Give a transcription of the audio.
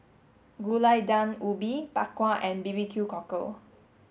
Gulai Daun Ubi Bak Kwa and B B Q cockle